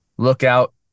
Lookout